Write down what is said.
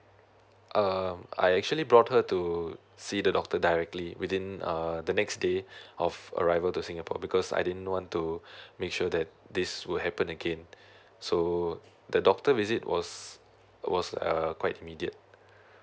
um I I actually brought her to see the doctor directly within uh the next day of arrival to singapore because I didn't want to make sure that this will happen again so the doctor visit was was err quite immediate